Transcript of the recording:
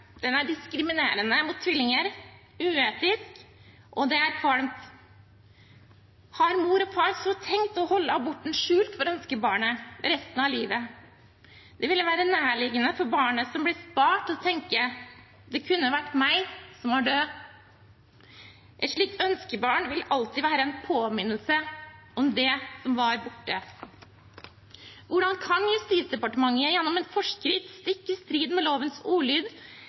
Den er diskriminerende mot tvillinger, uetisk – og det er kvalmt. Har mor og far så tenkt å holde aborten skjult for ønskebarnet resten av livet? Det ville være nærliggende for barnet som blir spart, å tenke: Det kunne vært meg som var død. Et slikt ønskebarn vil alltid være en påminnelse om det som er borte. Hvordan kan Justisdepartementet gjennom en forskrift – stikk i strid med lovens ordlyd